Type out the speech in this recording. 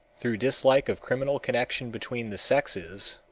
through dislike of criminal connection between the sexes,